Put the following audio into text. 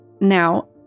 Now